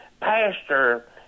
pastor